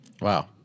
Wow